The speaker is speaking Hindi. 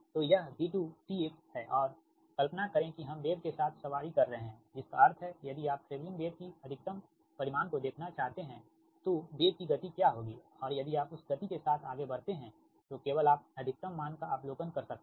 तो यह V2 t x है और कल्पना करें कि हम वेव के साथ सवारी कर रहे हैं जिसका अर्थ है यदि आप ट्रेवलिंग वेव की अधिकतम परिमाण को देखना चाहते हैं तो वेव की गति क्या होगी और यदि आप उसी गति के साथ आगे बढ़ते हैं तो केवल आप अधिकतम मान का अवलोकन कर सकते हैं